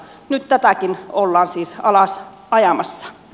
nyt tätäkin ollaan siis alas ajamassa